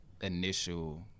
initial